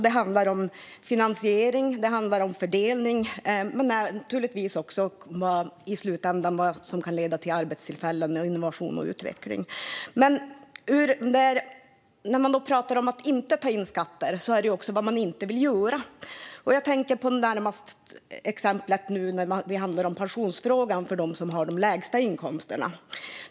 Det handlar om finansiering och fördelning men naturligtvis också, i slutändan, om vad som kan leda till arbetstillfällen, innovation och utveckling. När man pratar om att inte ta in skatter handlar det också om vad man inte vill göra. Ett närliggande exempel är pensionsfrågan för dem som har de lägsta inkomsterna.